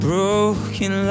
Broken